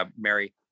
Mary